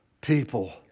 people